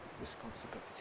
responsibility